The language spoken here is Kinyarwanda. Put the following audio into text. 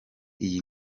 iyi